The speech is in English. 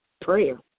prayer